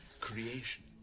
Creation